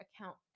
account